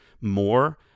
more